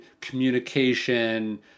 communication